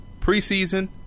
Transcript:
Preseason